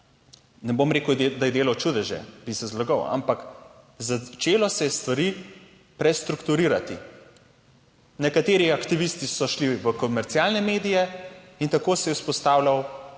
ne bom rekel, da je delal čudeže, bi se zlagal, ampak začelo se je stvari prestrukturirati. Nekateri aktivisti so šli v komercialne medije in tako se je vzpostavljal pač